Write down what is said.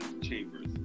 Chambers